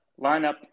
lineup